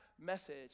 message